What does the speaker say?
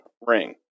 ring